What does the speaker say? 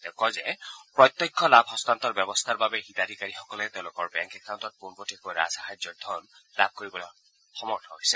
তেওঁ কয় যে প্ৰত্যক্ষ লাভ হস্তান্তৰ ব্যৱস্থাৰ বাবে হিতাধিকাৰীসকলে তেওঁলোকৰ বেংক একাউণ্টত পোনপটীয়াকৈ ৰাজ সাহাৰ্য্যৰ ধন লাভ কৰিবলৈ সক্ষম হৈছে